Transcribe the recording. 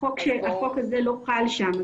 החוק הזה לא חל שם.